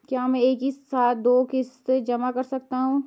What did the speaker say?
क्या मैं एक ही साथ में दो किश्त जमा कर सकता हूँ?